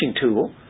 tool